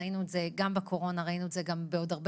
ראינו את זה גם בקורונה וגם בעוד הרבה